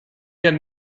had